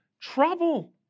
trouble